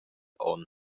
onn